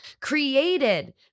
created